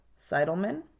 Seidelman